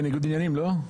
הוא בניגוד עניינים, לא?